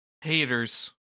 Haters